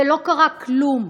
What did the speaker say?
ולא קרה כלום.